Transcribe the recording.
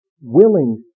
Willing